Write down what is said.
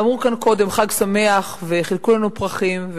ואמרו כאן קודם "חג שמח" וחילקו לנו פרחים,